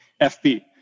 FB